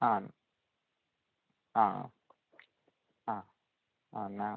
ആണ് ആ ആ എന്നാല്